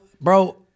bro